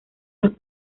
los